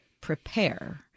prepare